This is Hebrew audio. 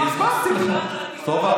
איך זה שהוא עבר את, הסברתי לך, סובה.